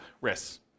risks